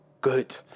good